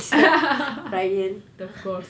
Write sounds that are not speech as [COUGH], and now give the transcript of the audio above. [LAUGHS] of course